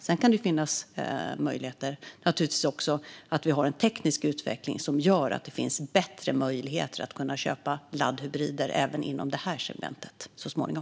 Sedan kan det naturligtvis vara så att vi har en teknisk utveckling som gör att det finns bättre möjligheter att köpa laddhybrider även inom detta segment så småningom.